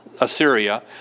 Assyria